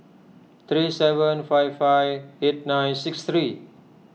three seven five five eight nine six three